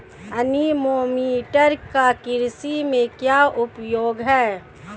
Anemometer का कृषि में क्या उपयोग है?